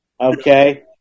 okay